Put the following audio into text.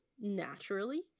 naturally